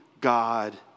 God